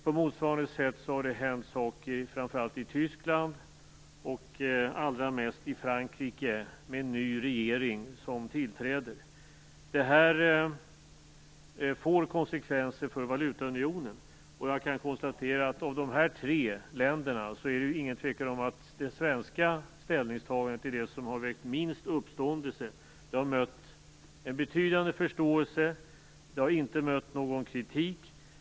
På motsvarande sätt har det hänt saker framför allt i Tyskland och allra mest i Frankrike, med en ny regering som tillträder. Det här får konsekvenser för valutaunionen. Jag kan konstatera att av de här tre länderna är det ingen tvekan om att det svenska ställningstagandet är det som har väckt minst uppståndelse. Det har mött en betydande förståelse. Det har inte mött någon kritik.